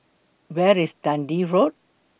Where IS Dundee Road